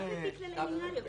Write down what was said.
זה רק לפי כללי מינהל יכול להיות.